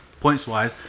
Points-wise